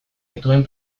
dituen